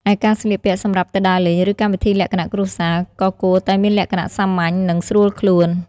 ឯការស្លៀកពាក់សម្រាប់ទៅដើរលេង ឬកម្មវិធីលក្ខណៈគ្រួសារ ក៏គួរតែមានលក្ខណៈសាមញ្ញ និងស្រួលខ្លួន។